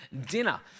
dinner